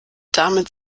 damit